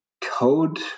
code